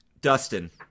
Dustin